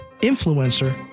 influencer